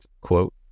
quote